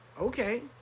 okay